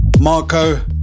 Marco